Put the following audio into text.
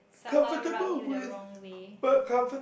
somehow rub you the wrong way